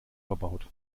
verbaut